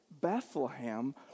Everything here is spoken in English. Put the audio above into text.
Bethlehem